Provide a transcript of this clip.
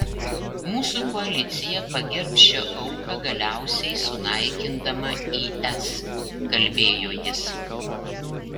mūsų koalicija pagerbs šią auką galiausiai sunaikindama is kalbėjo jis